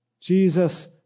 Jesus